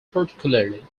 particularly